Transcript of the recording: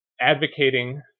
advocating